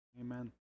Amen